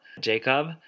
Jacob